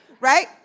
right